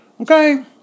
Okay